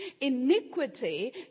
iniquity